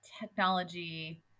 technology